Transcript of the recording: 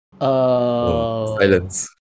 Silence